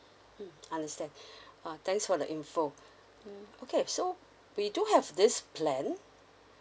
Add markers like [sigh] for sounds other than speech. mm understand [breath] uh thanks for the info mm okay so we do have this plan